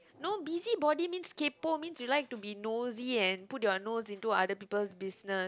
no busybody means kaypoh means you like to be nosey and put your nose into other people's business